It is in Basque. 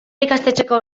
ikastetxeko